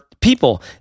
people